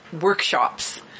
Workshops